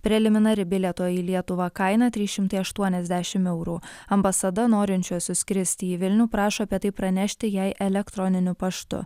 preliminari bilieto į lietuvą kaina trys šimtai aštuoniasdešim eurų ambasada norinčiuosius skristi į vilnių prašo apie tai pranešti jai elektroniniu paštu